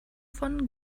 von